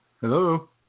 Hello